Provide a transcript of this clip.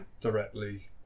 directly